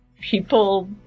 people